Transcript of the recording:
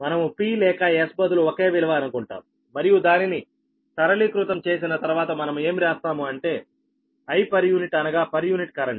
మనము 'p' లేక 's' బదులు ఒకే విలువ అనుకుంటాం మరియు దానిని సరళీకృతం చేసిన తర్వాత మనం ఏమి రాస్తాము అంటే Iఅనగా పర్ యూనిట్ కరెంట్